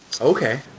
Okay